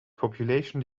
population